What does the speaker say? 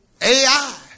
AI